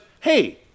hey